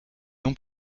non